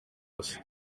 zose